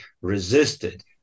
resisted